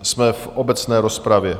Jsme v obecné rozpravě.